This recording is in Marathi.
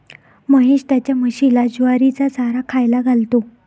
महेश त्याच्या म्हशीला ज्वारीचा चारा खायला घालतो